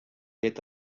llet